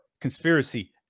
conspiracy